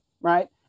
right